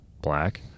black